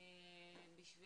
כדי